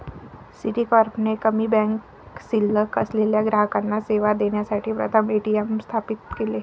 Citicorp ने कमी bank शिल्लक असलेल्या ग्राहकांना सेवा देण्यासाठी प्रथम ए.टी.एम स्थापित केले